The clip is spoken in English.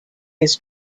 his